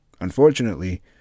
Unfortunately